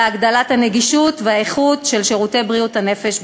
הגדלת הנגישות והאיכות של שירותי בריאות הנפש בפריפריה.